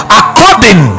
according